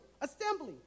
Assembly